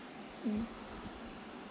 mm